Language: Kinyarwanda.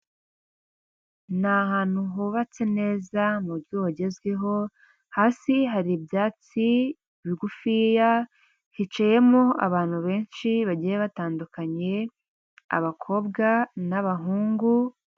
Ni ahantu hubatse neza mu buryo bugezweho, hasi hari ibyatsi bigufiya, hicayemo abantu benshi bagiye batanduye, abakobwa n'abahungu